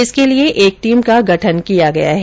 इसके लिए एक टीम का गठन किया गया है